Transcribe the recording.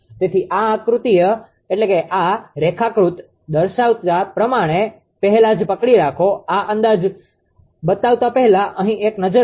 તેથી આ રેખાકૃતિ દર્શાવતા પહેલા જ પકડી રાખો આ અંદાજ બતાવતા પહેલા અહીં એક નજર રાખો